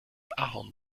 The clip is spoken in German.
ahorn